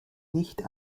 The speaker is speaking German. nicht